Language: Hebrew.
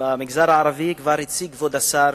במגזר הערבי כבר הציג כבוד השר